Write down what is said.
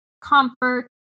comfort